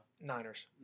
Niners